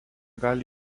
gali